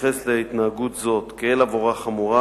ומתייחס להתנהגות זאת כאל עבירה חמורה,